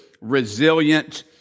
resilient